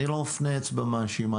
אני לא מפנה אליכם אצבע מאשימה.